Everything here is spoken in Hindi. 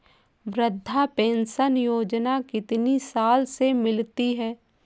वृद्धा पेंशन योजना कितनी साल से मिलती है?